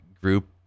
group